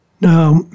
Now